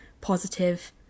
positive